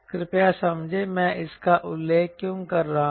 कृपया समझें मैं इसका उल्लेख क्यों कर रहा हूं